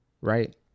right